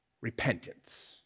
repentance